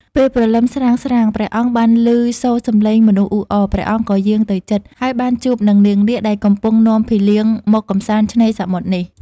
ពេលព្រលឹមស្រាងៗ ព្រះអង្គបានឮសូរសំឡេងមនុស្សអ៊ូអរ ព្រះអង្គក៏យាងទៅជិត ហើយបានជួបនឹងនាងនាគដែលកំពុងនាំភីលៀងមក កម្សាន្តឆ្នេរសមុទ្រនេះ។